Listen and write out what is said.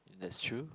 that's true